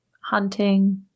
hunting